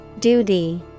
Duty